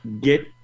get